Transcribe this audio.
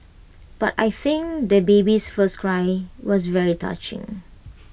but I think the baby's first cry was very touching